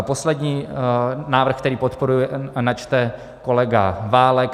Poslední návrh, který podporuji, načte kolega Válek.